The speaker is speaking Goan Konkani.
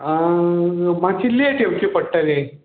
मातशी लेट येवची पडटली